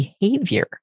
behavior